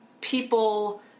people